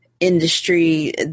industry